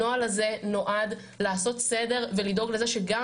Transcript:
הנוהל הזה נועד לעשות סדר ולדאוג לזה שגם